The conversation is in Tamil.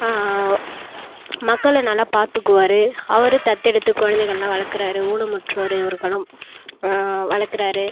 மக்களை நல்லா பார்த்துக்குவாரு அவரே தத்தெடுத்து குழந்தைகள்லாம் வளர்க்குறாரு ஊனமுற்றோர் இவருகெலாம் வளர்க்குறாரு